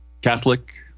Catholic